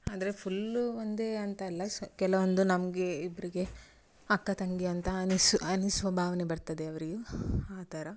ಅಂದರೆ ಫುಲ್ಲು ಒಂದೇ ಅಂತಲ್ಲ ಸ್ ಕೆಲವೊಂದು ನಮಗೆ ಇಬ್ಬರಿಗೆ ಅಕ್ಕ ತಂಗಿ ಅಂತ ಅನಿಸು ಅನಿಸುವ ಭಾವನೆ ಬರ್ತದೆ ಅವರಿಗೂ ಆ ಥರ